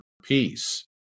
peace